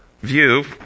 view